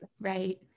Right